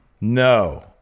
No